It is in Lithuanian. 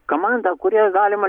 komandą kuria galima